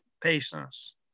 patience